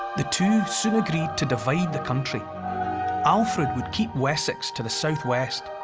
the two soon agreed to divide the country alfred would keep wessex to the southwest,